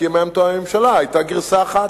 כי אם היא היתה מתואמת עם הממשלה היתה גרסה אחת.